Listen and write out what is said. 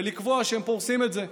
ולקבוע שהן פורסות את זה.